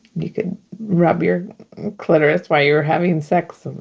you could rub your clitoris while you're having sex.